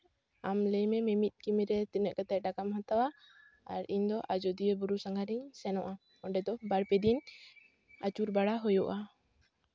ᱟᱢ ᱞᱟᱹᱭ ᱢᱮ ᱢᱤᱢᱤᱫ ᱠᱤᱢᱤᱨᱮ ᱛᱤᱱᱟᱹᱜ ᱠᱟᱛᱮ ᱴᱟᱠᱟᱢ ᱦᱟᱛᱟᱣᱟ ᱟᱨ ᱤᱧ ᱫᱚ ᱟᱡᱳᱫᱤᱭᱟᱹ ᱵᱩᱨᱩ ᱥᱟᱸᱜᱷᱟᱨᱤᱧ ᱥᱮᱱᱚᱜᱼᱟ ᱚᱸᱰᱮ ᱫᱚ ᱵᱟᱨᱯᱮ ᱫᱤᱱ ᱟᱹᱪᱩᱨ ᱵᱟᱲᱟ ᱦᱩᱭᱩᱜᱼᱟ